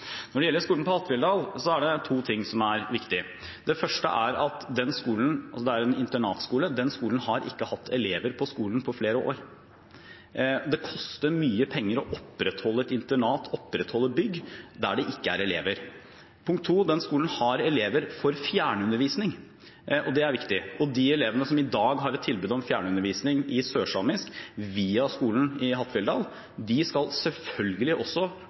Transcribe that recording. Når det gjelder skolen i Hattfjelldal, er det to ting som er viktig. Det første er at den skolen, som er en internatskole, har ikke hatt elever på skolen på flere år. Det koster mye penger å opprettholde et internat, opprettholde et bygg, der det ikke er elever. Det andre er at den skolen har elever for fjernundervisning – og det er viktig – og de elevene som i dag har et tilbud om fjernundervisning i sørsamisk via skolen i Hattfjelldal, skal selvfølgelig også